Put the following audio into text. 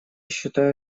считаю